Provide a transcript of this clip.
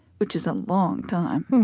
which is a long time.